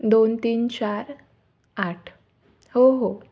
दोन तीन चार आठ हो हो